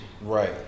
Right